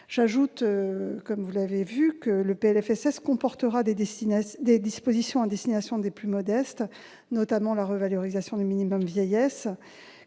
J'ajoute que le PLFSS comportera des dispositions à destination des plus modestes, notamment la revalorisation du minimum vieillesse,